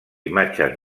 imatges